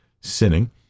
sinning